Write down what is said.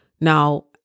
Now